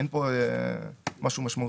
אין פה משהו משמעותי.